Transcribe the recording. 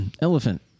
Elephant